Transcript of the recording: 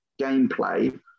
gameplay